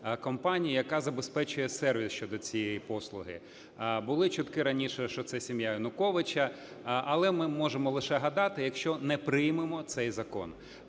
яка забезпечує сервіс щодо цієї послуги. Були чутки раніше, що це сім'я Януковича. Але ми можемо лише гадати, якщо не приймемо цей закон.